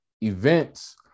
events